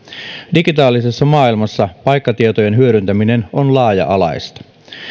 digitaalisessa maailmassa paikkatietojen hyödyntäminen on laaja alaista